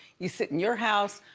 you sit in your house.